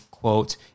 quote